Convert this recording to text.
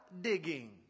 digging